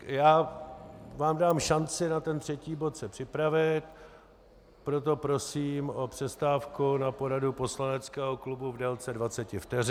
Já vám dám šanci se na ten třetí bod připravit, proto prosím o přestávku na poradu poslaneckého klubu v délce dvaceti vteřin.